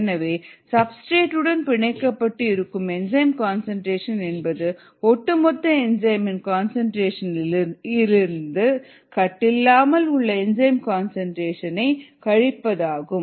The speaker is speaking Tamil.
எனவே சப்ஸ்டிரேட் உடன் பிணைக்கப்பட்டு இருக்கும் என்சைம் கன்சன்ட்ரேஷன் என்பது ஒட்டுமொத்த என்சைம் இன் கன்சன்ட்ரேஷன் இலிருந்து கட்டில்லாமல் உள்ள என்சைம் கன்சன்ட்ரேஷன் ஐ கழிப்பதாகும்